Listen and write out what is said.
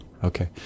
Okay